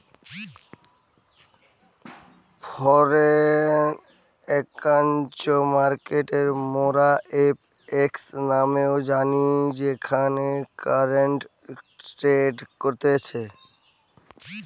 foreign exchange মার্কেটকে মোরা FX নামেও জানি যেখানে কারেন্সি ট্রেড করতিছে